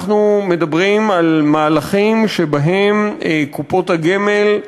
אנחנו מדברים על מהלכים שבהם קופות הגמל,